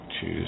choose